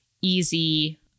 Easy